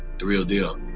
the real deal.